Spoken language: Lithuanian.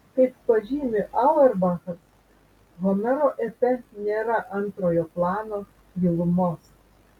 kaip pažymi auerbachas homero epe nėra antrojo plano gilumos